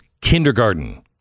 Kindergarten